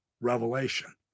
revelation